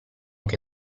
che